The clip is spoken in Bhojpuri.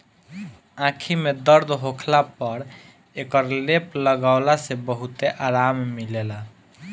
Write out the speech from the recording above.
आंखी में दर्द होखला पर एकर लेप लगवला से बहुते आराम मिलेला